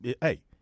hey